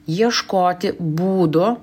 ieškoti būdų